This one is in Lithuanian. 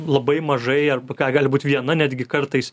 labai mažai arba ką gali būt viena netgi kartais